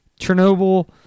Chernobyl